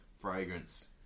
fragrance